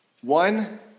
One